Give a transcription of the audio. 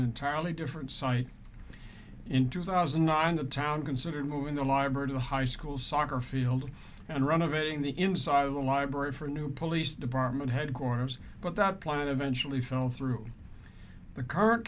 entirely different site in two thousand and nine the town considered moving the library to the high school soccer field and run of it being the inside of the library for a new police department headquarters but that plan eventually fell through the current